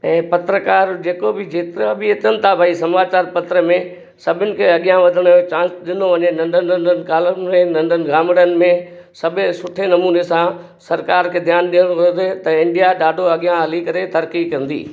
ऐं पत्रकार जेको बि जेतिरा बि अचनि था भई समाचार पत्र में सभिनि खे अॻियां वधण जो चांस ॾिनो वञे नंढनि नंढनि कालोनी में नंढनि ग्रामीणनि में सभु सुठे नमूने सां सरकारि खे ध्यानु ॾियणो थो थिए त इंडिया ॾाढो अॻियां हली करे तरक़ी कंदी